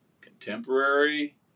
Contemporary